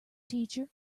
teacher